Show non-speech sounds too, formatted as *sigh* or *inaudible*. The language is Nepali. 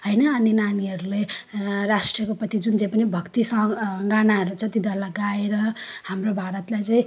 होइन अनि नानीहरूले राष्ट्रको प्रति जुन चाहिँ पनि भक्तिसँग गानाहरू जति *unintelligible* गाएर हाम्रो भारतलाई चाहिँ